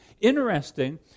Interesting